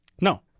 No